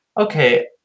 okay